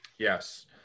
Yes